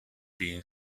been